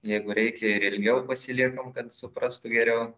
jeigu reikia ir ilgiau pasiliekam kad suprastų geriau